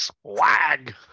swag